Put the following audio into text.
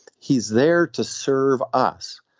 he's there to serve us.